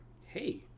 hey